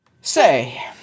Say